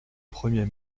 premier